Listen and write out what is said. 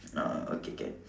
no okay can